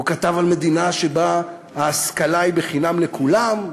הוא כתב על מדינה שבה ההשכלה היא חינם לכולם,